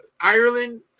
Ireland